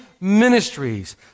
ministries